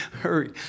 hurry